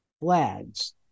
flags